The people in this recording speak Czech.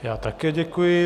Já také děkuji.